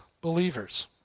believers